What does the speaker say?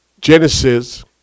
Genesis